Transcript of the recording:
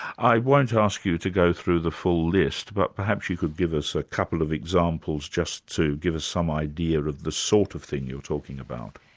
i won't ask you to go through the full list, but perhaps you could give us a couple of examples just to give us some idea of the sort of thing you're talking about.